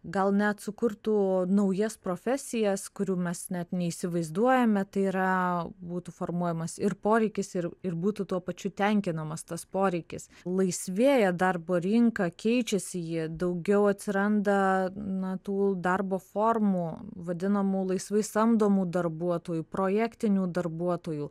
gal net sukurtų naujas profesijas kurių mes net neįsivaizduojame tai yra būtų formuojamas ir poreikis ir ir būtų tuo pačiu tenkinamas tas poreikis laisvėja darbo rinka keičiasi ji daugiau atsiranda na tų darbo formų vadinamų laisvai samdomų darbuotojų projektinių darbuotojų